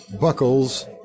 Buckles